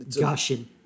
gushing